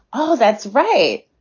oh, that's right.